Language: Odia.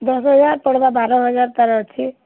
ଦଶ୍ ହଜାର୍ ପଡ଼୍ବା ବାର ହଜାର୍ ତା'ର୍ ଅଛେ